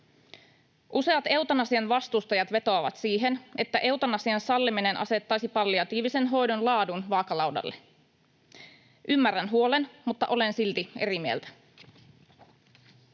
Useat eutanasian vastustajat vetoavat siihen, että eutanasian salliminen asettaisi palliatiivisen hoidon laadun vaakalaudalle. Ymmärrän huolen, mutta olen silti eri mieltä.